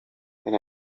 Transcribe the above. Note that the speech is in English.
when